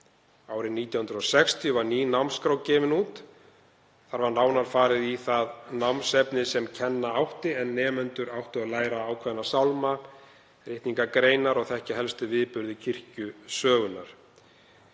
Árið 1960 var ný námskrá gefin út. Þar var nánar farið í það námsefni sem kenna átti en nemendur áttu að læra ákveðna sálma, ritningargreinar og þekkja helstu viðburði kirkjusögunnar.